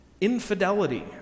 Infidelity